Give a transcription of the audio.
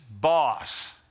boss